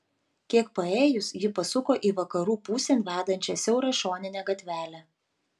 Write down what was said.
kiek paėjus ji pasuko į vakarų pusėn vedančią siaurą šoninę gatvelę